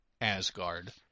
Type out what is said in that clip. Asgard